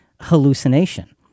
hallucination